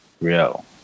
Real